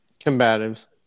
Combatives